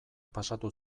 pasatu